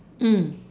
mm